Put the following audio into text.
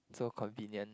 so convenient